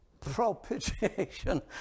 propitiation